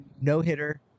no-hitter